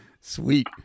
Sweet